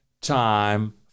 time